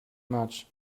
much